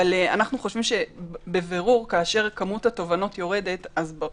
אבל אנחנו חושבים שכאשר כמות התובענות יורדות בבירור,